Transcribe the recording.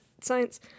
science